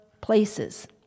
places